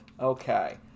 Okay